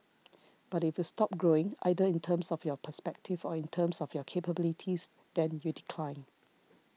but if you stop growing either in terms of your perspective or in terms of your capabilities then you decline